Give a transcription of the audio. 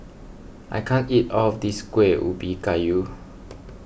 I can't eat all of this Kueh Ubi Kayu